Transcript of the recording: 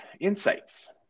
insights